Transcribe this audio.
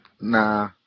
Nah